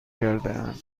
کردند